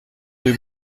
rue